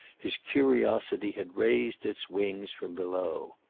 his curiosity had raised its wings from below.